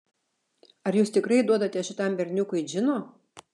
ar jūs tikrai duodate šitam berniukui džino